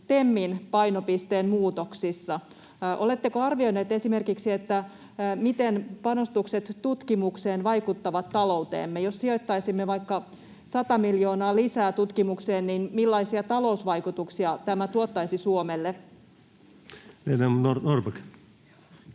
TEMin painopisteen muutoksissa. Oletteko arvioineet esimerkiksi, miten panostukset tutkimukseen vaikuttavat talouteemme? Jos sijoittaisimme vaikka 100 miljoonaa lisää tutkimukseen, niin millaisia talousvaikutuksia tämä tuottaisi Suomelle? [Speech